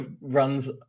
runs